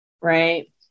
right